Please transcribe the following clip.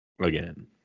Again